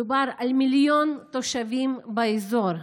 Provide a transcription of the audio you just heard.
מדובר על מיליון תושבים באזור.